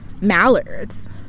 Mallards